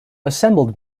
assembled